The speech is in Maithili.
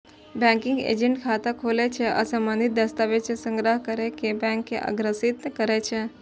बैंकिंग एजेंट खाता खोलै छै आ संबंधित दस्तावेज संग्रह कैर कें बैंक के अग्रसारित करै छै